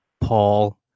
Paul